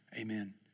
Amen